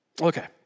Okay